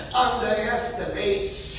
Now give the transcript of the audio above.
underestimates